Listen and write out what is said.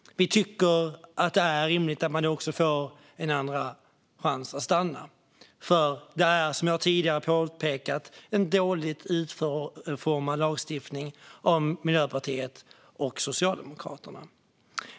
Vi tycker också att det är rimligt att man får en andra chans att stanna, för det är, som jag tidigare påpekat, en dåligt utformad lagstiftning från Miljöpartiet och Socialdemokraterna.